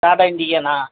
Tata இண்டிகாண்ணா